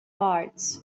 lights